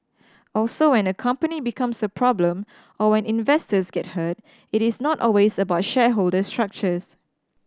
also when a company becomes a problem or when investors get hurt it is not always about shareholder structures